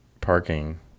parking